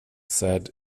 said